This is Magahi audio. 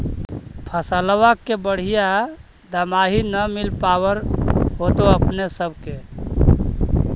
फसलबा के बढ़िया दमाहि न मिल पाबर होतो अपने सब के?